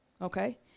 okay